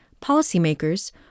policymakers